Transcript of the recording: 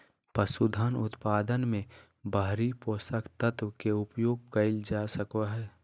पसूधन उत्पादन मे बाहरी पोषक तत्व के उपयोग कइल जा सको हइ